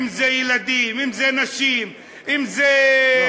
אם זה ילדים, אם זה נשים, אם זה בעלי-חיים.